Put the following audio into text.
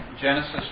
Genesis